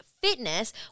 fitness